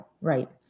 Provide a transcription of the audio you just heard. right